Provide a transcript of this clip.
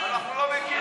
תהיה להוט,